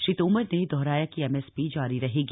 श्री तोमर ने दोहराया कि एमएसपी जारी रहेगी